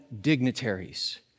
dignitaries